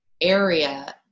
area